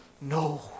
No